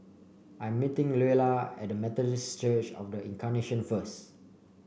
I'm meeting Luella at Methodist Church Of The Incarnation first